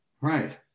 Right